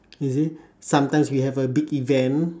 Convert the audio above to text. you see sometimes we have a big event